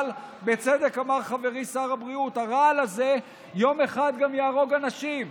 בצדק אמר חברי שר הבריאות: הרעל הזה יום אחד גם יהרוג אנשים.